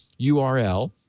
URL